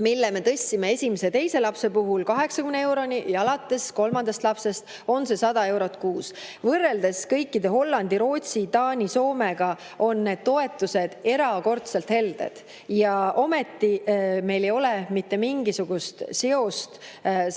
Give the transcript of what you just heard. mille me tõstsime esimese ja teise lapse puhul 80 euroni ja alates kolmandast lapsest on see 100 eurot kuus. Võrreldes kõikidega – Hollandi, Rootsi, Taani ja Soomega – on need toetused erakordselt helded. Ja ometi ei ole mitte mingisugust seost